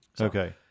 Okay